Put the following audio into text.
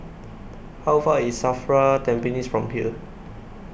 How Far IS SAFRA Tampines from here